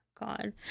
God